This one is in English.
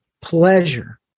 pleasure